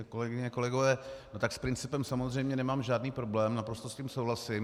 Kolegyně, kolegové, s principem samozřejmě nemám žádný problém, naprosto s tím souhlasím.